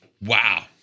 Wow